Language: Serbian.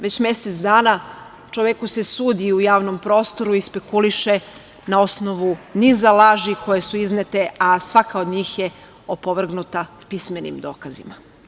Već mesec dana čoveku se sudi u javnom prostoru i spekuliše na osnovu niza laži koje su iznete, a svaka od njih je opovrgnuta pismenim dokazima.